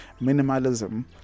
minimalism